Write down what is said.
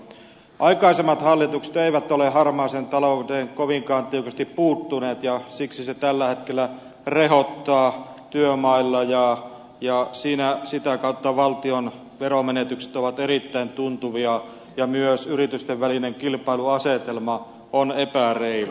aikaisemmat hallitukset eivät ole harmaaseen talouteen kovinkaan tiukasti puuttuneet ja siksi se tällä hetkellä rehottaa työmailla ja sitä kautta valtion veromenetykset ovat erittäin tuntuvia ja myös yritysten välinen kilpailuasetelma on epäreilu